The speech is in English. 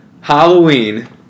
Halloween